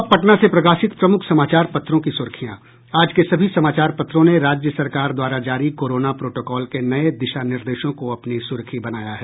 अब पटना से प्रकाशित प्रमुख समाचार पत्रों की सुर्खियां आज के सभी समाचार पत्रों ने राज्य सरकार द्वारा जारी कोरोना प्रोटोकॉल के नये दिशा निर्देशों को अपनी सुर्खी बनाया है